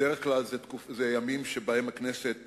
בדרך כלל אלה ימים שבהם הכנסת